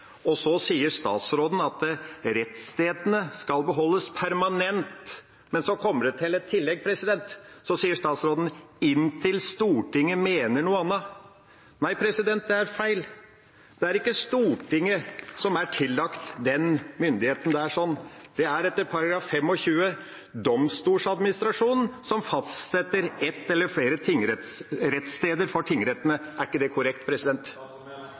Så sier statsråden at rettsstedene skal beholdes permanent. Men så kommer det til et tillegg, og så sier statsråden: inntil Stortinget mener noe annet. Nei, det er feil. Det er ikke Stortinget som er tillagt den myndigheten. Det er etter § 25 Domstoladministrasjonen som fastsetter ett eller flere rettssteder for tingrettene. Er ikke det korrekt?